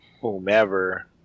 whomever